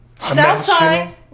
Southside